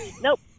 Nope